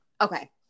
Okay